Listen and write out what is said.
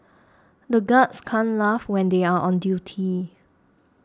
the guards can't laugh when they are on duty